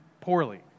poorly